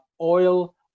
oil